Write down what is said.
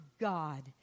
God